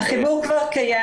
החיבור כבר קיים